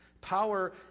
Power